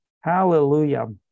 Hallelujah